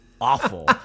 awful